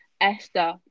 Esther